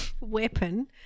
Weapon